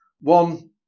One